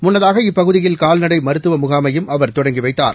முன்னதாக இப்பகுதியில் கால்நடை மருத்துவ முகாமையும் அவர் தொடங்கி வைத்தார்